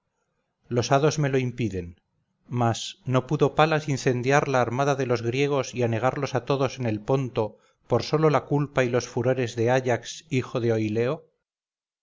los hados me lo impiden mas no pudo palas incendiar la armada de los griegos y anegarlos a todos en el ponto por sólo la culpa y los furores de áyax hijo de oileo